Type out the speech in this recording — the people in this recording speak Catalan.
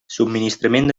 subministrament